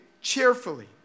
cheerfully